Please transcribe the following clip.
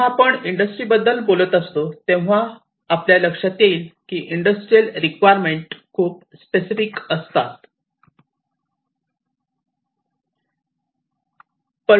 जेव्हा आपण इंडस्ट्री बद्दल बोलत असतो तेव्हा आपल्या लक्षात येईल की इंडस्ट्रियल रिक्वायरमेंट खूप स्पेसिफिक असतात